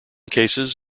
cases